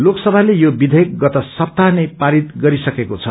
लोकसभले यो विषेयक गत सप्ताह नै पारित गरिसकेको छ